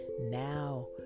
now